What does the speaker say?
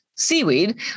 Seaweed